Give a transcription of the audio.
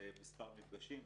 שזה מספר מפגשים.